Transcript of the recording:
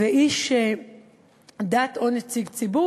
ואיש דת או נציג ציבור.